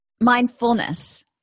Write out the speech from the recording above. Mindfulness